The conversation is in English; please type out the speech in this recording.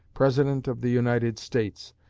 president of the united states,